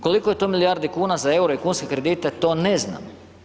Koliko je to milijardi kuna za EURO i kunske kredite to ne znamo.